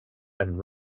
and